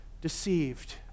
deceived